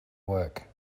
work